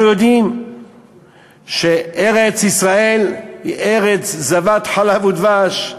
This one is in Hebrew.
אנחנו יודעים שארץ-ישראל היא "ארץ זבת חלב ודבש",